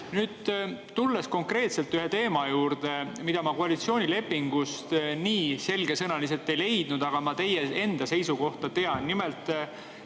tulen konkreetselt ühe teema juurde, mida ma koalitsioonilepingust nii selgesõnaliselt ei leidnud, aga ma teie seisukohta tean. Nimelt,